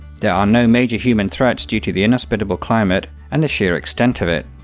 there are no major human threats due to the inhospitable climate and the sheer extent of it.